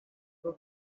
will